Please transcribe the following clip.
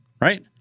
right